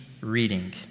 reading